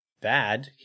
bad